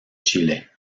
chile